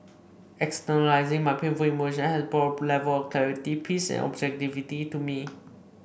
externalising my painful emotion had brought A Level of clarity peace and objectivity to me